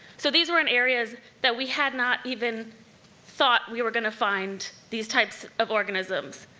so these were in areas that we had not even thought we were gonna find these types of organisms.